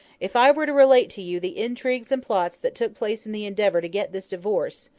if i were to relate to you the intrigues and plots that took place in the endeavour to get this divorce,